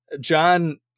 John